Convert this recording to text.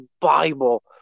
Bible